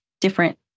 different